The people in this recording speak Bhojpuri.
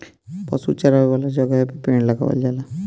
पशु चरावे वाला जगहे पे पेड़ लगावल जाला